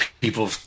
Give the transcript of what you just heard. people